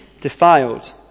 defiled